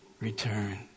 return